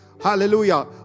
Hallelujah